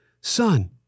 son